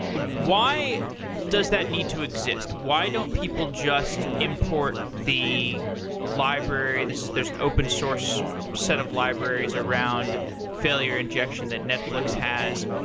why does that need to exist? why don't people just import the library there's there's an open source set of libraries around failure injection that netflix has.